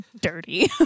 Dirty